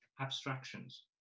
abstractions